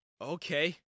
Okay